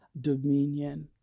dominion